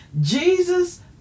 Jesus